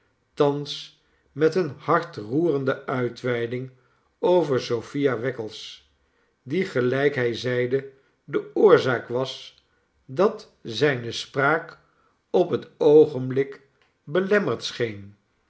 thans met eene hartroerende uitweiding over sophia wackles die gelijk hij zeide de oorzaak was dat zijne spraak op het oogenblik belemmerd scheen